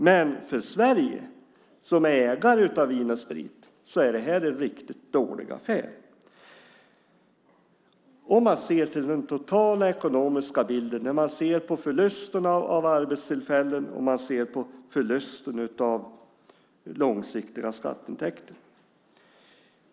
Men för Sverige som ägare av Vin & Sprit är det här en riktigt dålig affär om man ser till den totala ekonomiska bilden, om man ser till förlusterna av arbetstillfällen och långsiktiga skatteintäkter.